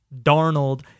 Darnold